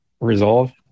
resolve